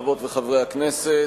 חברות וחברי הכנסת,